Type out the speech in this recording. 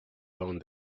done